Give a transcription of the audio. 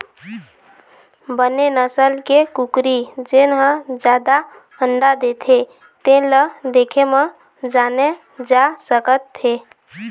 बने नसल के कुकरी जेन ह जादा अंडा देथे तेन ल देखे म जाने जा सकत हे